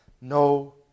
no